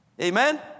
Amen